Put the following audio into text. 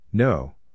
No